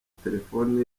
telephone